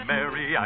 Mary